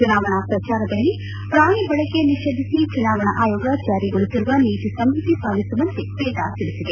ಚುನಾವಣಾ ಪ್ರಚಾರದಲ್ಲಿ ಪ್ರಾಣಿ ಬಳಕೆ ನಿಷೇಧಿಸಿ ಚುನಾವಣಾ ಆಯೋಗ ಜಾರಿಗೊಳಿಸಿರುವ ನೀತಿ ಸಂಹಿತೆ ಪಾಲಿಸುವಂತೆ ಪೇಟಾ ತಿಳಿಸಿದೆ